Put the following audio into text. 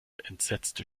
entsetzte